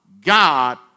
God